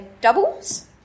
doubles